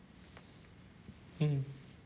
mm